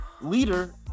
Leader